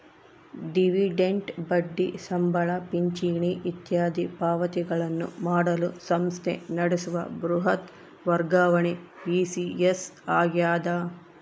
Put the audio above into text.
dividend ಬಡ್ಡಿ ಸಂಬಳ ಪಿಂಚಣಿ ಇತ್ಯಾದಿ ಪಾವತಿಗಳನ್ನು ಮಾಡಲು ಸಂಸ್ಥೆ ನಡೆಸುವ ಬೃಹತ್ ವರ್ಗಾವಣೆ ಇ.ಸಿ.ಎಸ್ ಆಗ್ಯದ